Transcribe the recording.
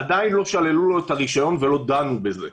עדיין לא שללו לו את הרישיון ולא דנו בזה.